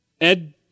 Ed